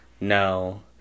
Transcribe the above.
no